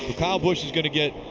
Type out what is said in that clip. kyle busch is going to get